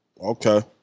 Okay